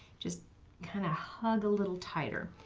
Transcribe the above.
just kind of hug a little tighter.